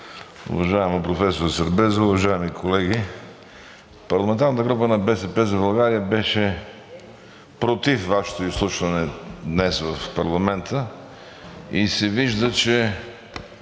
уважаема професор Сербезова, уважаеми колеги! Парламентарната група на „БСП за България“ беше против Вашето изслушване днес в парламента и се вижда, че